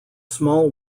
small